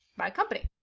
my company.